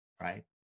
right